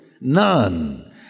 none